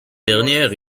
dernière